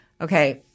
Okay